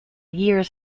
years